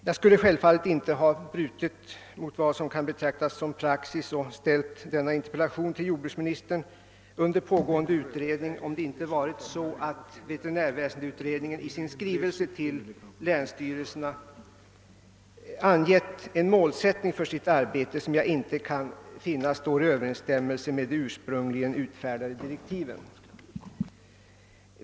Jag skulle självfallet inte ha brutit mot vad som kan betraktas som praxis och ställt denna interpellation till jordbruksministern under pågående utredning, om det inte varit så att veterinärväsendeutredningen i sin skrivelse till länsstyrelserna angett en målsättning för sitt arbete som jag inte kan finna står i överensstämmelse med de ursprungligen utfärdade direktiven.